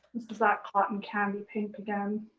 this is that cotton candy pink again.